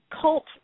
cult